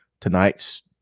tonight's